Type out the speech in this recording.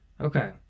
Okay